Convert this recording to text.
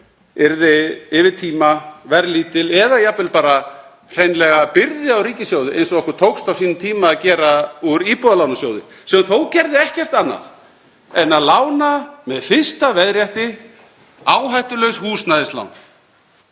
yrði yfir tíma verðlítil eða jafnvel bara hreinlega byrði á ríkissjóði eins og okkur tókst á sínum tíma að gera úr Íbúðalánasjóði sem þó gerði ekkert annað en að lána með fyrsta veðrétti áhættulaus húsnæðislán